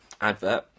Advert